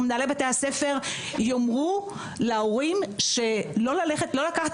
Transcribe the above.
מנהלי בתי הספר יאמרו להורים שלא לקחת